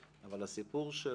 אבל הסיפור של